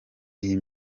iyi